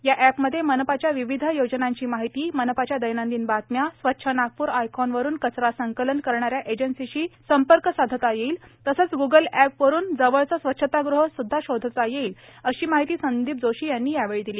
या एपमध्ये मनपाच्या विविध योजनांची माहिती मनपाच्या दैनंदिन बातम्या स्वच्छ नागपूर आयकॉनवरून कचरा संकलन करणाऱ्या एजन्सीशी संपर्क साधता येईल तसेच गुगल मॅप वरून आपल्याजवळ स्वच्छतागृह सुद्धा शोधता येईल अशी माहिती संदीप जोशी यांनी यावेळी दिली